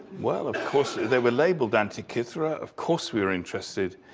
well, of course they were labelled antikythera, of course we were interested.